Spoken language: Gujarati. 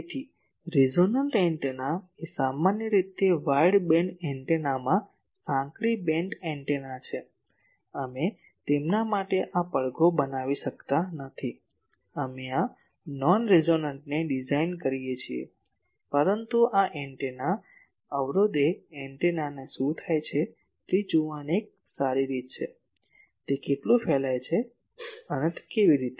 તેથી રેસોનન્ટ એન્ટેના એ સામાન્ય રીતે વાઈડબેન્ડ એન્ટેનામાં સાંકડી બેન્ડ એન્ટેના છે અમે તેમના માટે આ પડઘો બનાવી શકતા નથી અમે આ નોન રેઝોન્ટને ડિઝાઇન કરીએ છીએ પરંતુ આ એન્ટેના અવરોધ એ એન્ટેનાને શું થાય છે તે જોવાની એક સારી રીત છે તે કેટલું ફેલાય છે તે કેવી રીતે